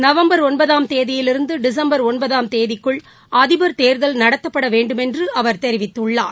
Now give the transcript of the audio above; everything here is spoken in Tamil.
நவம்பர் ஒன்பதாம் தேதியிலிருந்து டிசம்பர் ஒன்பதாம் தேதிக்குள் அதிபர் தேர்தல் நடத்தப்பட வேண்டுமென்று அவர் தெரிவித்துள்ளார்